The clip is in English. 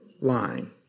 line